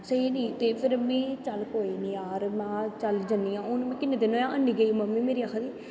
सेई नी ते फिर चल कोई नी जार जन्नी आं हून किन्नें दिन होऐ ऐनी गेई मम्मी मेरी आक्खा दी ही